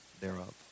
thereof